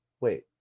Wait